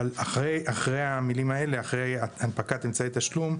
אבל אחרי המילים "הנפקת אמצעי תשלום"